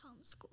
homeschool